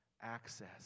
access